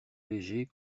légers